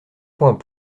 point